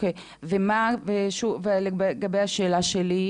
ומה לגבי השאלה שלי,